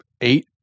eight